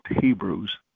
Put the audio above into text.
Hebrews